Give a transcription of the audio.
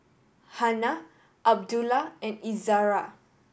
Hana Abdullah and Izzara